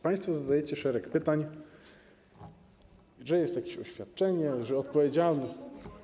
Państwo zadajecie szereg pytań, że jest jakieś oświadczenie, że jest odpowiedzialność.